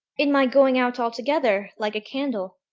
in my going out altogether, like a candle.